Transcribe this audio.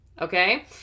okay